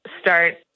start